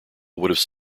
would